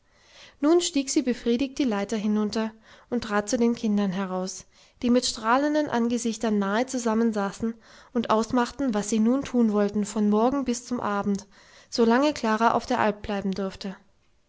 nun stieg sie befriedigt die leiter hinunter und trat zu den kindern heraus die mit strahlenden angesichtern nahe zusammensaßen und ausmachten was sie nun tun wollten vom morgen bis zum abend solange klara auf der alp bleiben durfte